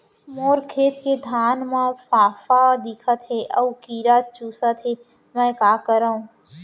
मोर खेत के धान मा फ़ांफां दिखत हे अऊ कीरा चुसत हे मैं का करंव?